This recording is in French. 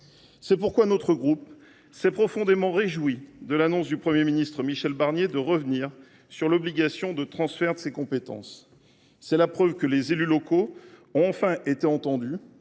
C’est pourquoi notre groupe s’est profondément réjoui de l’annonce du Premier ministre Michel Barnier de revenir sur le caractère obligatoire du transfert de compétences. C’est la preuve que les élus locaux ont enfin été entendus